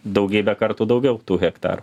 daugybę kartų daugiau tų hektarų